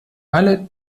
alle